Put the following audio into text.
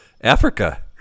Africa